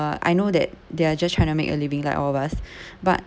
I know that they are just trying to make a living like all of us but